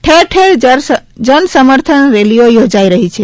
ઠેરઠેર જનસમર્થન રેલીઓ યોજાઇ છે